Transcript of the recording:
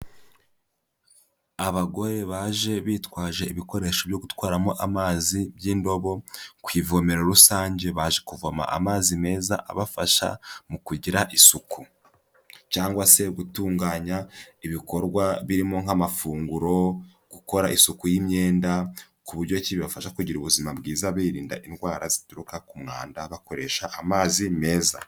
Abagore baje bitwaje ibikoresho byo gutwaramo amazi by'indobo kw'ivomero rusange baje kuvoma amazi meza abafasha mu kugira isuku cyangwa se gutunganya ibikorwa birimo nk'amafunguro, gukora isuku y'imyenda ku buryo cyibafasha kugira ubuzima bwiza birinda indwara zituruka ku mwanda bakoresha amazi meza.